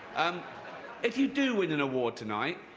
um if you do win an award tonight,